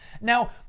Now